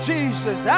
Jesus